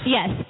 Yes